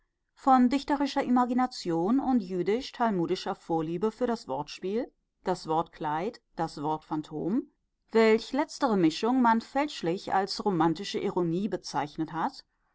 von dichterischer imagination und jüdisch talmudischer vorliebe für das wortspiel das wortkleid das wortphantom welch letztere mischung man fälschlich als romantische ironie bezeichnet hat